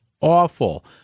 awful